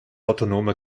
autonome